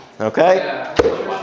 Okay